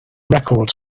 records